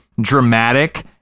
dramatic